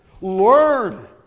learn